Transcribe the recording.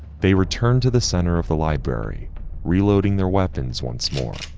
they return to the center of the library reloading their weapons, once more.